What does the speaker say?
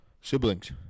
siblings